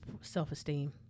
self-esteem